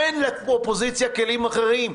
אין לאופוזיציה כלים אחרים.